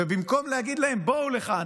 ובמקום להגיד להם: בואו לכאן,